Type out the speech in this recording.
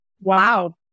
Wow